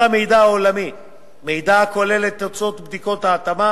המידע העולמי מידע הכולל את תוצאות בדיקות ההתאמה